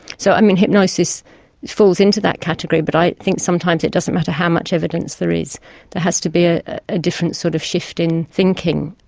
so i mean hypnosis falls into that category but i think sometimes it doesn't matter how much evidence there is there has to be a ah different sort of shift in thinking.